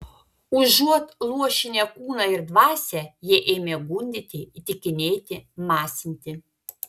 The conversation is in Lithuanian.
užuot luošinę kūną ir dvasią jie ėmė gundyti įtikinėti masinti